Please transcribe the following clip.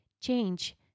change